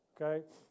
Okay